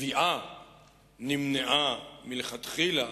התביעה נמנעה מלכתחילה